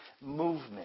movement